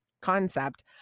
concept